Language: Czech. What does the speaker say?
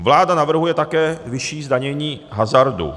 Vláda navrhuje také vyšší zdanění hazardu.